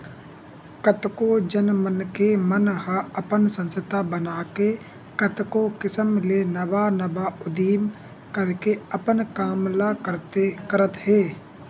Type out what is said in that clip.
कतको झन मनखे मन ह अपन संस्था बनाके कतको किसम ले नवा नवा उदीम करके अपन काम ल करत हे